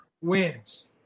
wins